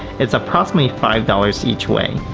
it's approximately five dollars each way.